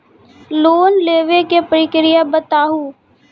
Loan लेवे के प्रक्रिया बताहू?